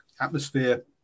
atmosphere